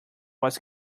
was